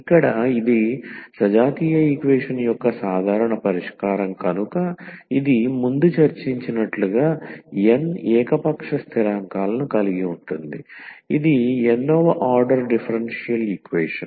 ఇక్కడ ఇది సజాతీయ ఈక్వేషన్ యొక్క సాధారణ పరిష్కారం కనుక ఇది ముందు చర్చించినట్లుగా n ఏక పక్ష స్థిరాంకాలను కలిగి ఉంటుంది ఇది n వ ఆర్డర్ డిఫరెన్షియల్ ఈక్వేషన్